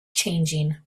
changing